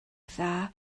dda